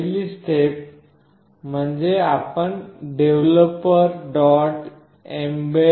पहिली स्टेप म्हणजे आपण developer